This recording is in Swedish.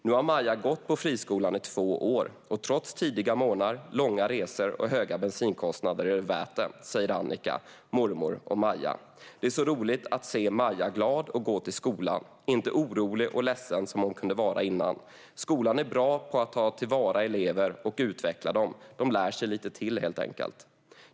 Nu har Maja gått på friskolan i två år, och trots tidiga morgnar, långa resor och höga bensinkostnader är det värt det, säger Annika, mormor och Maja. - Det är så roligt att se Maja glad att gå till skolan, inte orolig och ledsen som hon kunde vara innan. Skolan är bra på att ta vara på det som eleverna är bra på och utveckla det, så de lär sig lite till."